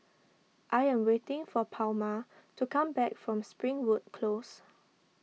I am waiting for Palma to come back from Springwood Close